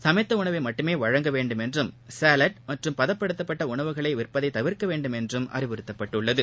சமைத்தடணவைமட்டுமேவழங்க வேண்டும் சாலட் என்றும் மற்றம் பதப்படுத்தப்பட்ட உணவுகளைவிற்பதைதவிர்க்கவேண்டும் என்றும் அறிவுறத்தப்பட்டுள்ளது